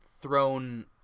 thrown